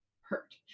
hurt